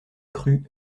crut